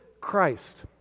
Christ